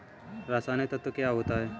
रसायनिक तत्व क्या होते हैं?